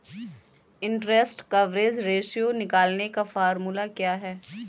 Interest coverage ratio निकालने का formula क्या है?